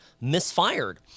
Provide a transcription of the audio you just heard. misfired